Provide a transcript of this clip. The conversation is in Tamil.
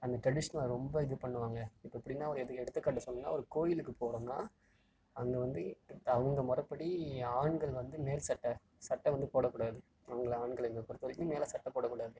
அந்த ட்ரடிஷ்னலை ரொம்ப இது பண்ணுவாங்க இப்போ எப்படின்னா ஒரு எது எடுத்துக்காட்டு சொல்லணும்னா ஒரு கோயிலுக்கு போகிறோன்னா அங்கே வந்து அவங்க மொறைப்படி ஆண்கள் வந்து மேல் சட்டை சட்டை வந்து போடக் கூடாது அவங்களை ஆண்களை பொறுத்தவரைக்கும் மேல் சட்டை போடக்கூடாது